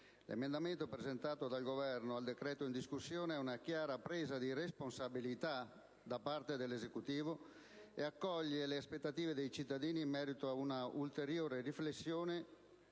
L'emendamento presentato dal Governo al decreto in discussione è una chiara presa di responsabilità da parte dell'Esecutivo ed accoglie le aspettative dei cittadini in merito ad un'ulteriore riflessione